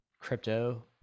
crypto